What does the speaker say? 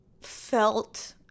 felt